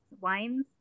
wines